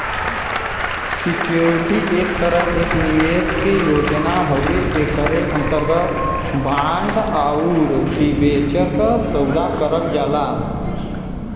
securities एक तरह एक निवेश के योजना हउवे एकरे अंतर्गत बांड आउर डिबेंचर क सौदा करल जाला